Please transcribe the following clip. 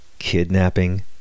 kidnapping